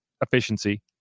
efficiency